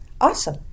awesome